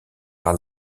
par